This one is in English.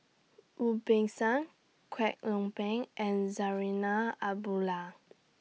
Wu Peng Seng Kwek Leng Beng and Zarinah Abdullah